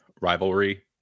rivalry